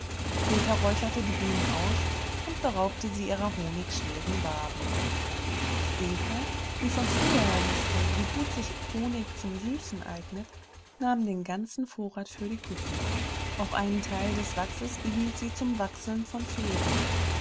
peter räucherte die bienen aus und beraubte sie ihrer honigschweren waben eva die von früher her wußte wie gut sich honig zum süßen eignet nahm den ganzen vorrat für die küche auch einen teil des wachses behielt sie zum wachseln von fäden